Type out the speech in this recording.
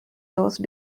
those